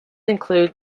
include